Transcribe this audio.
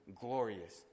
glorious